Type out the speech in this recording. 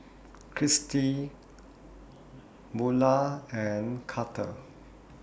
Kristy Bula and Karter